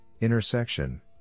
intersection